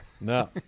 No